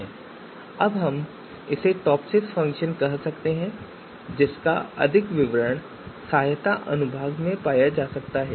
अब हम इसे टॉपसिस फ़ंक्शन कह सकते हैं जिसका अधिक विवरण सहायता अनुभाग में पाया जा सकता है